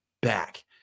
back